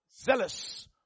Zealous